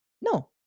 No